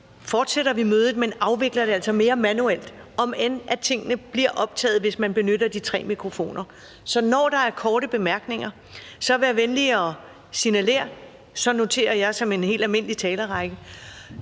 fortsætter vi mødet, men afvikler det altså mere manuelt, om end at tingene bliver optaget, hvis man benytter de tre mikrofoner. Så når der er korte bemærkninger, så vær venlig at signalere. Så noterer jeg som ved en helt almindelig talerrække.